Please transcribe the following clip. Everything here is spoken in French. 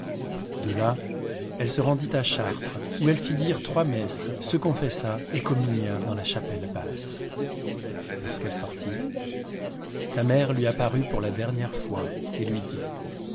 dit delà elle se rendit à chartres où elle fit dire trois messes se confessa et communia dans la chapelle basse lorsqu'elle sortit sa mère lui apparut pour la dernière fois et lui dit